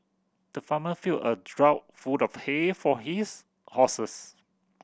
the farmer filled a trough full of hay for his horses